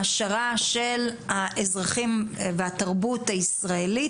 העשרה של האזרחים והתרבות הישראלית.